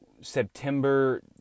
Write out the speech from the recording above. September